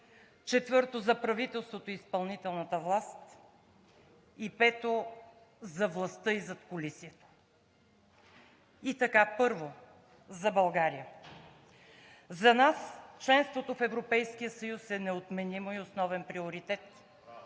Четвърто, за правителството и изпълнителната власт. Пето, за властта и задкулисието. И така, първо – за България. За нас членството в Европейския съюз е неотменим и основен приоритет,